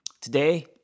today